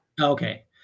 okay